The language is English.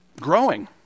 growing